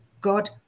God